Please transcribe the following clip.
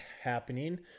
happening